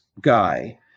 guy